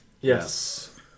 Yes